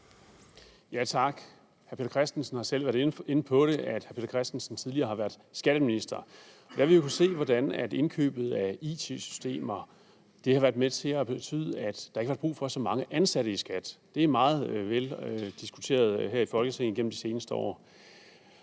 (S): Tak. Hr. Peter Christensen har selv været inde på, at hr. Peter Christensen tidligere har været skatteminister. Der har vi jo kunnet se, hvordan indkøbet af it-systemer har været med til at betyde, at der ikke var brug for så mange ansatte i SKAT. Det er meget vel diskuteret her i Folketinget igennem de seneste år.